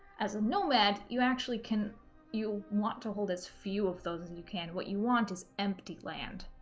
as a nomad, you actually can you want to hold as few of those as and you can. what you want is empty land.